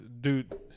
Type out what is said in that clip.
dude